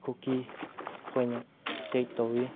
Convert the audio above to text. ꯀꯨꯀꯤ ꯈꯣꯏꯅ ꯆꯦꯛ ꯇꯧꯏ